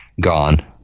gone